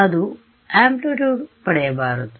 ಅದು ವೈಶಾಲ್ಯವನ್ನು ಪಡೆಯಬಾರದು